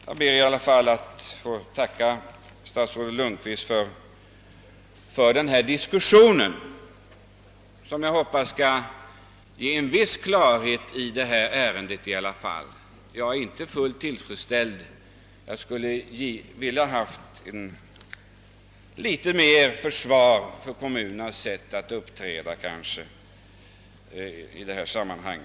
Jag ber i alla fall att få tacka statsrådet Lundkvist för denna diskussion, som jag hoppas skall ge en viss klarhet i detta ärende. Jag är inte fullt tillfredsställd med svaret; jag skulle ha velat ha litet mer försvar för kommunernas sätt att uppträda i detta sammanhang.